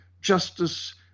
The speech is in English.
justice